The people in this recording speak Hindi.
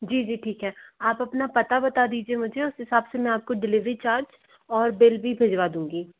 जी जी ठीक है आप अपना पता बता दीजिए मुझे उस हिसाब से मैं आपको डिलीवरी चार्ज और बिल भी भिजवा दूँगी